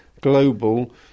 global